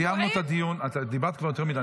סיימנו את הדיון, את דיברת כבר יותר מדי.